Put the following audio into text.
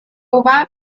ober